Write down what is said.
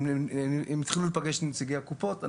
הם התחילו להיפגש עם נציגי הקופות.